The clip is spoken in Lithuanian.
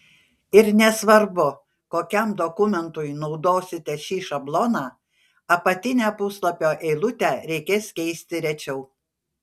ir nesvarbu kokiam dokumentui naudosite šį šabloną apatinę puslapio eilutę reikės keisti rečiau